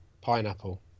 pineapple